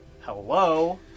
Hello